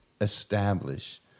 establish